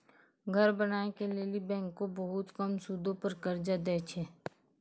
घर बनाय के लेली बैंकें बहुते कम सूदो पर कर्जा दै छै